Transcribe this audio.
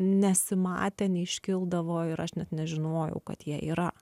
nesimatė neiškildavo ir aš net nežinojau kad jie yra